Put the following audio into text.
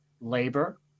labor